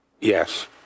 Yes